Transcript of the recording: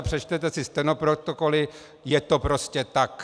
Přečtěte si stenoprotokoly, je to prostě tak.